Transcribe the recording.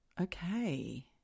Okay